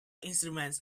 instruments